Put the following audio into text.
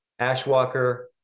Ashwalker